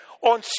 on